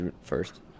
first